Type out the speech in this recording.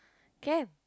can